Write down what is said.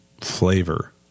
flavor